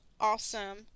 awesome